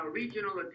regional